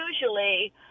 usually